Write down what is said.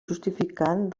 justificant